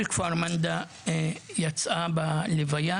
כל כפר מנדא יצא אל ההלוויה